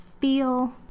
feel